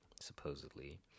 Supposedly